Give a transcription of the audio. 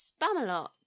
Spamalot